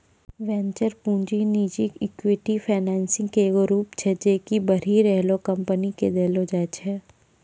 venture पूंजी निजी equity financing के एगो रूप छै जे कि बढ़ि रहलो कंपनी के देलो जाय छै